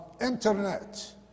internet